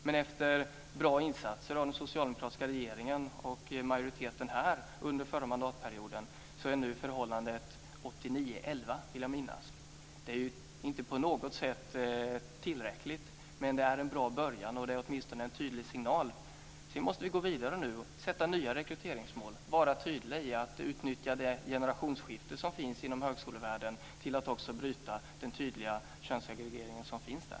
Men efter bra insatser av den socialdemokratiska regeringen och majoriteten här under den förra mandatperioden är nu förhållandet 11 % kvinnliga professorer och 89 % manliga. Det är inte på något sätt tillräckligt, men det är en bra början. Det är åtminstone en tydlig signal. Nu måste vi gå vidare och sätta nya rekryteringsmål, vara tydliga och utnyttja det generationsskifte som nu sker inom högskolevärlden till att också bryta den tydliga könssegregering som finns där.